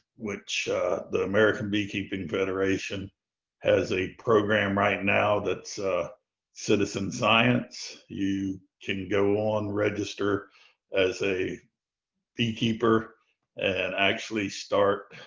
which the american beekeeping federation has a program right now that's citizen science, you can go on, register as a beekeeper and actually start